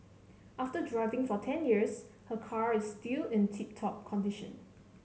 after driving for ten years her car is still in tip top condition